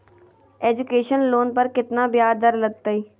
Education loan पर केतना ब्याज दर लगतई?